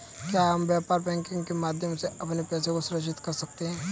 क्या हम व्यापार बैंकिंग के माध्यम से अपने पैसे को सुरक्षित कर सकते हैं?